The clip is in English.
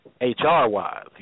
HR-wise